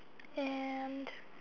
and